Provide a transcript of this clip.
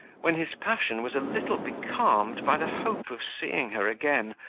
when his passion was a little becalmed by the hope of seeing her again,